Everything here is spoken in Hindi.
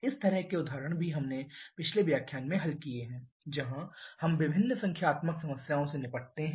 इस तरह के उदाहरण भी हमने पिछले व्याख्यान में हल किए हैं जहां हम विभिन्न संख्यात्मक समस्याओं से निपटते हैं